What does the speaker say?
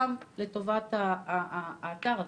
גם לטובת האתר הזה.